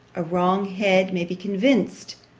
a wrong head may be convinced,